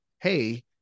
hey